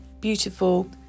beautiful